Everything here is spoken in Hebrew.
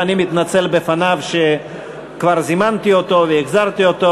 ואני מתנצל בפניו על שכבר זימנתי אותו והחזרתי אותו.